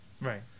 Right